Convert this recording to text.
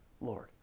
Lord